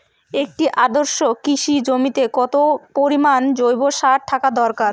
একটি আদর্শ কৃষি জমিতে কত পরিমাণ জৈব সার থাকা দরকার?